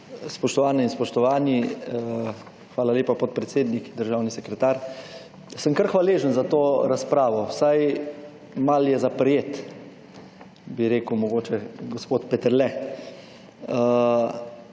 Spoštovane in spoštovani, hvala lepa podpredsednik, državni sekretar! Sem kar hvaležen za to razpravo. Vsaj malo je za prijet, bi rekel mogoče gospod Peterle.